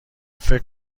فکر